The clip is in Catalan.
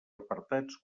apartats